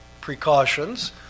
precautions